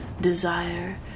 desire